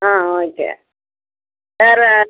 ஆ okay வேறு